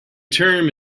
term